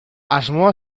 asmoa